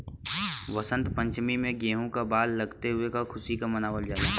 वसंत पंचमी में गेंहू में बाल लगले क खुशी में मनावल जाला